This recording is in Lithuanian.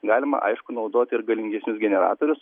galima aišku naudoti ir galingesnius generatorius